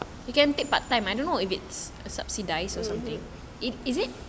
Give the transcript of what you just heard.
mmhmm